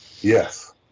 Yes